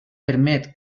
permet